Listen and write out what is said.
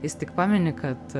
jis tik pamini kad